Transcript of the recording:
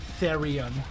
Therion